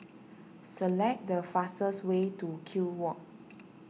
select the fastest way to Kew Walk